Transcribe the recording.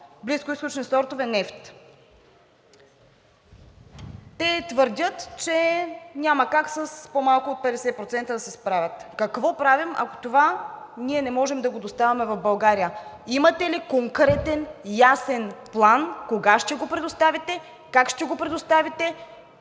близкоизточни сортове нефт. Те твърдят, че няма как с по-малко от 50% да се справят. Какво правим, ако това не можем да го доставяме в България? Имате ли конкретен, ясен план кога ще го предоставите, как ще го предоставите?